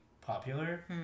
popular